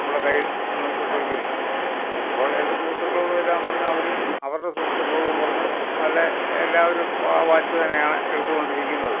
നമ്മുടെ കയ്യിൽ വന്ന് കൊണ്ടിരിക്കുന്നത് അപ്പോൾ എൻ്റെ സുഹൃത്തുക്കളോടും എല്ലാം പറഞ്ഞ് അവരും അവരുടെ സുഹൃത്തുക്കളും പറഞ്ഞു നല്ല എല്ലാവരും ഇപ്പം ആ വാച്ച് തന്നെയാണ് എടുത്തുകൊണ്ടിരിക്കുന്നത്